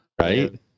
right